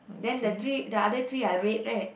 then the three the other three are red right